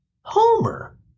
Homer